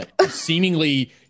seemingly